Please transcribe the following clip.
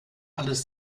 alles